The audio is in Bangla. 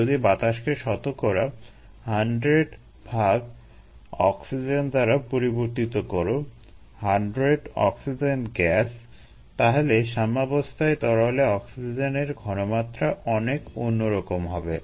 যদি বাতাসকে শতকরা 100 ভাগ অক্সিজেন দ্বারা পরিবর্তিত করো 100 অক্সিজেন গ্যাস তাহলে সাম্যাবস্থায় তরলে অক্সিজেনের ঘনমাত্রা অনেক অন্যরকম হবে